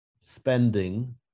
spending